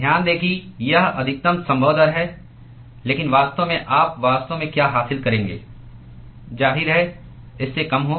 तो ध्यान दें कि यह अधिकतम संभव दर है लेकिन वास्तव में आप वास्तव में क्या हासिल करेंगे जाहिर है इससे कम हो